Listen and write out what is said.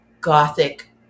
gothic